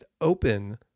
open